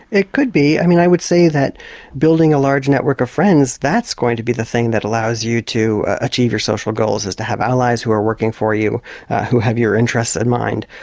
it could be, i mean i would say that building a large network of friends, that's going to be the thing that allows you to achieve your social goals, is to have allies that are working for you who have your interests in mind.